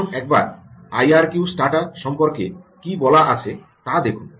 এখন একবার আইআরকিউস্টাটা সম্পর্কে কী বলা আছে তা দেখুন